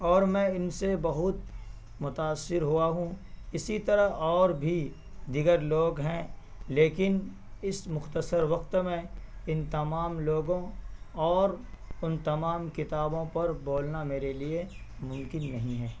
اور میں ان سے بہت متاثر ہوا ہوں اسی طرح اور بھی دیگر لوگ ہیں لیکن اس مختصر وقت میں ان تمام لوگوں اور ان تمام کتابوں پر بولنا میرے لیے ممکن نہیں ہے